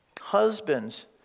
Husbands